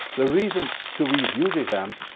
the reason to review this amp,